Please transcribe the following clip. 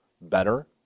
better